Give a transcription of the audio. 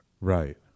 Right